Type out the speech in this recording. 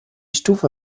stufe